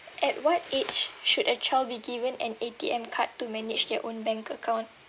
at what age should a child be given an A_T_M card to manage their own bank account